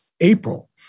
April